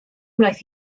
wnaeth